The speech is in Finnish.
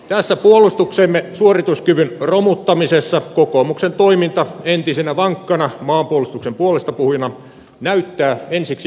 tässä puolustuksemme suorituskyvyn romuttamisessa kokoomuksen toiminta entisenä vankkana maanpuolustuksen puolestapuhujana näyttää ensiksi omituiselta